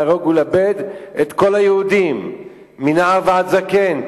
להרוג ולאבד את כל היהודים מנער ועד זקן,